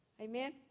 Amen